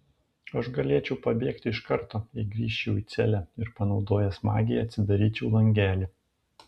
aš galėčiau pabėgti iš karto jei grįžčiau į celę ir panaudojęs magiją atsidaryčiau langelį